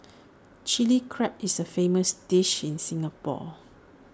Chilli Crab is A famous dish in Singapore